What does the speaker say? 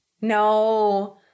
No